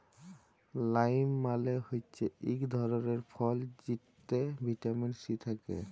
lime মালে হচ্যে ইক ধরলের ফল যেটতে ভিটামিল সি থ্যাকে